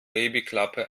babyklappe